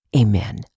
Amen